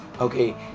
Okay